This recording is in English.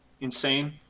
insane